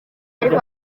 ariko